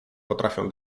potrafią